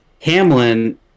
Hamlin